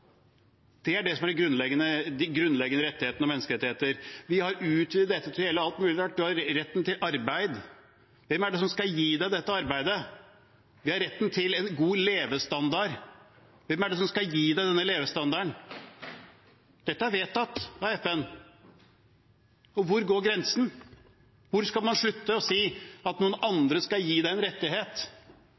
Det er det som er de grunnleggende rettighetene og menneskerettigheter. Vi har utvidet dette til å gjelde alt mulig rart. Man har retten til arbeid – hvem er det som skal gi dette arbeidet? Vi har retten til en god levestandard – hvem er det som skal gi denne levestandarden? Dette er vedtatt av FN. Hvor går grensen? Hvor skal man slutte å si at noen andre skal gi en rettighet?